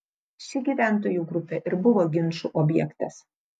ši gyventojų grupė ir buvo ginčų objektas